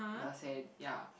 like I said ya